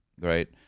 right